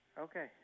Okay